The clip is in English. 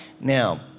Now